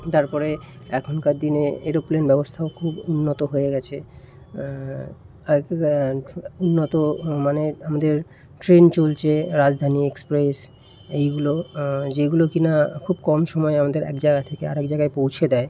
তারপরে এখনকার দিনে এরোপ্লেন ব্যবস্থাও খুব উন্নত হয়ে গেছে আগেকার উন্নত মানের আমাদের ট্রেন চলছে রাজধানী এক্সপ্রেস এইগুলো যেগুলো কিনা খুব সময়ে আমাদের এক জায়গা থেকে আর এক জায়গায় পৌঁছে দেয়